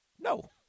no